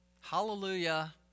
Hallelujah